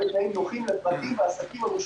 בוקר טוב ותודה רבה על כל העבודה שאתם עושים.